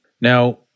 Now